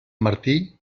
martí